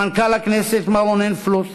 למנכ"ל הכנסת מר רונן פלוט,